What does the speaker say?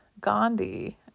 Gandhi